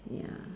ya